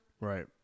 Right